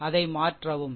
அதை மாற்றவும் சரி